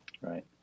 Right